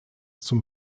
zum